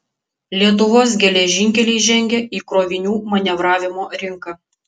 lietuvos geležinkeliai žengia į krovinių manevravimo rinką